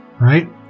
Right